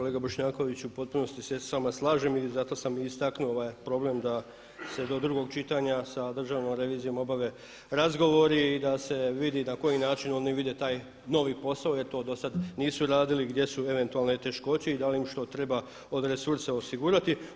Uvaženi kolega Bošnjakoviću u potpunosti se s vama slažem i zato sam i istaknuo ovaj problem da se do drugog čitanja sa državnom revizijom obave razgovori i da se vidi na koji način oni vide taj novi posao jer to do sada nisu radili i gdje su eventualne teškoće i da li im što treba od resursa osigurati.